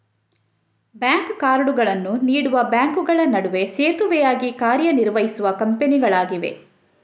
bank ಕಾರ್ಡುಗಳನ್ನು ನೀಡುವ ಬ್ಯಾಂಕುಗಳ ನಡುವೆ ಸೇತುವೆಯಾಗಿ ಕಾರ್ಯ ನಿರ್ವಹಿಸುವ ಕಂಪನಿಗಳಾಗಿವೆ